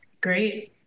great